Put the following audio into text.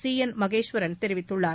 C N Maheswaran தெரிவித்துள்ளார்